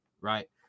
Right